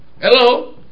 Hello